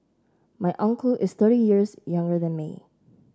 my uncle is thirty years younger than me